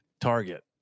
target